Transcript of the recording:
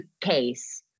case